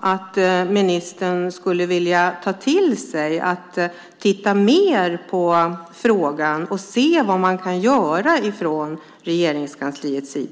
att ministern vill ta till sig frågan och titta mer på vad man kan göra från Regeringskansliets sida.